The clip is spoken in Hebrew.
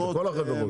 לכל החברות?